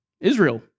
Israel